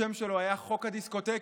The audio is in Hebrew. השם שלו היה "חוק הדיסקוטקים",